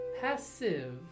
Passive